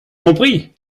compris